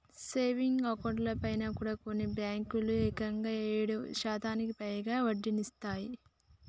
savings అకౌంట్లపైన కూడా కొన్ని బ్యేంకులు ఏకంగా ఏడు శాతానికి పైగా వడ్డీనిత్తన్నయ్